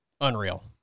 Unreal